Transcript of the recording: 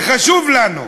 וחשוב לנו,